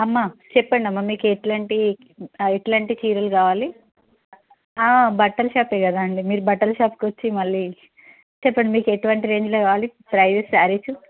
అమ్మ చెప్పండమ్మ మీకు ఎలాంటి ఎలాంటి చీరలు కావాలి బట్టల షాప్ కదండి మీరు బట్టల షాప్కి వచ్చి మళ్ళీ చెప్పండి మీకు ఎటువంటి రేంజ్లో కావాలి ప్రైసెస్ శారీసు